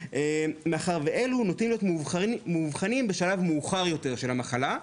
מאחר ואלו נוטים להיות מאובחנים בשלב מאוחר יותר של המחלה,